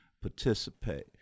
Participate